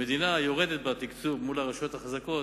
המדינה יורדת בתקצוב מול הרשויות החזקות